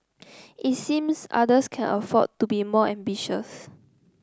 it seems others can afford to be more ambitious